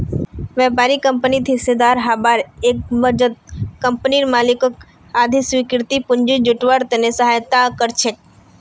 व्यापारी कंपनित हिस्सेदार हबार एवजत कंपनीर मालिकक स्वाधिकृत पूंजी जुटव्वार त न सहायता कर छेक